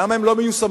למה הן לא מיושמות?